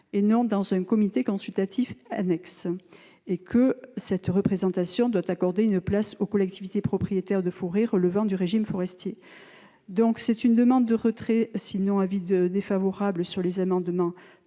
et non dans un comité consultatif annexe, et que cette représentation doit accorder une place aux collectivités propriétaires de forêts relevant du régime forestier. Pour ces raisons, la commission demande le retrait des amendements